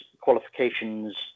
qualifications